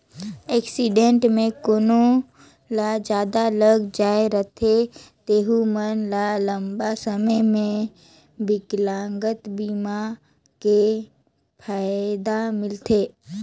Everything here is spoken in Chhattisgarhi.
एक्सीडेंट मे कोनो ल जादा लग जाए रथे तेहू मन ल लंबा समे के बिकलांगता बीमा के फायदा मिलथे